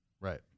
Right